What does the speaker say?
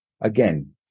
again